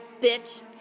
bitch